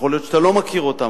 שיכול להיות שאתה לא מכיר אותם,